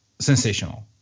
sensational